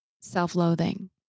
self-loathing